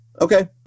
Okay